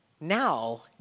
now